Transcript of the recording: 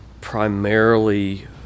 primarily